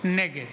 נגד